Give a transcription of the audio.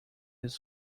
this